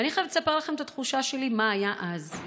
ואני חייבת לספר לכם את התחושה שלי מה היה אז.